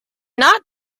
not